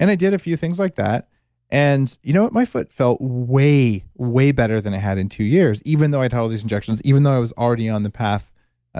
and i did a few things like that bulletproof and you know what? my foot felt way, way better than it had in two years, even though i'd had all these injections, even though i was already on the path